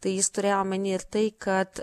tai jis turėjo omeny ir tai kad